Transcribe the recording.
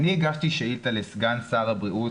הגשתי שאילתה לסגן שר הבריאות,